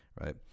Right